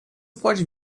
pode